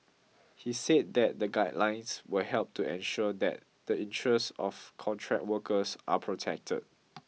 he said that the guidelines will help to ensure that the interests of contract workers are protected